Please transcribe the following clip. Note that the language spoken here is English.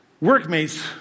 workmates